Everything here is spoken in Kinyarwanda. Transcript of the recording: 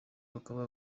bakaba